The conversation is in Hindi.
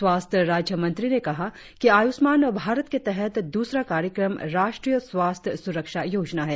स्वास्थ्य राज्य मंत्री ने कहा कि आयुषमान भारत के तहत द्रसरा कार्यक्रम राष्ट्रीय स्वास्थ्य सुरक्षा योजना है